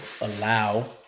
allow